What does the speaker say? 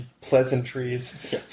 pleasantries